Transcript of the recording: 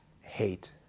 hate